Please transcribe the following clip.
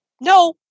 no